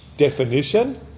Definition